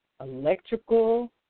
electrical